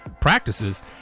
practices